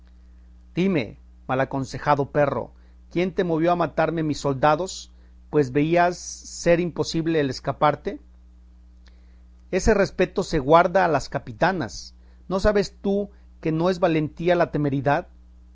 dime mal aconsejado perro quién te movió a matarme mis soldados pues veías ser imposible el escaparte ese respeto se guarda a las capitanas no sabes tú que no es valentía la temeridad